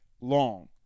long